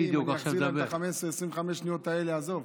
אני אחזיר לך את 25 השניות האלה, עזוב.